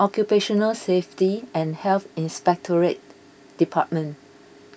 Occupational Safety and Health Inspectorate Department